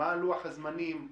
מה לוח הזמנים,